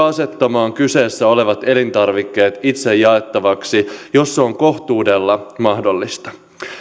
asettamaan kyseessä olevat elintarvikkeet itse jaettavaksi jos se on kohtuudella mahdollista